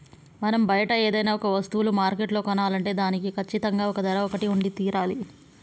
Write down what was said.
మనం బయట ఏదైనా ఒక వస్తువులు మార్కెట్లో కొనాలంటే దానికి కచ్చితంగా ఓ ధర ఒకటి ఉండి తీరాలి